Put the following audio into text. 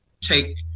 Take